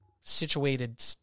situated